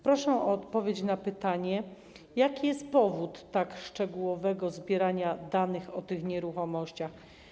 Proszę o odpowiedź na pytanie: Jaki jest powód tak szczegółowego zbierania danych o tych nieruchomościach?